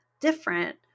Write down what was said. different